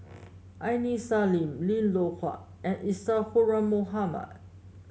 Aini Salim Lim Loh Huat and Isadhora Mohamed